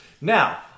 Now